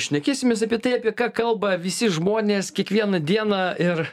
šnekėsimės apie tai apie ką kalba visi žmonės kiekvieną dieną ir